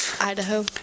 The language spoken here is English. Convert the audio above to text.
Idaho